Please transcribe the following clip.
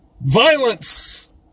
violence